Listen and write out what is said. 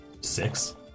Six